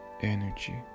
energy